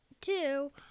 two